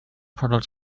product